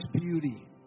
beauty